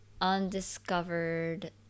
undiscovered